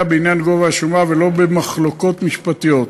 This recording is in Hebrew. בעניין גובה השומה ולא במחלוקות משפטיות.